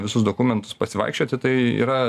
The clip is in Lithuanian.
visus dokumentus pasivaikščioti tai yra